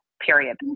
period